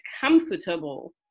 comfortable